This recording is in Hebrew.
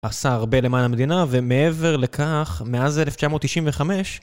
עשה הרבה למען המדינה, ומעבר לכך, מאז 1995